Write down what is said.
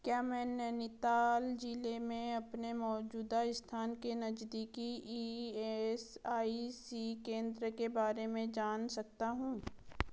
क्या मैं नैनीताल ज़िले में अपने मौजूदा स्थान के नज़दीकी ई एस आई सी केंद्र के बारे में जान सकता हूँ